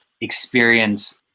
experience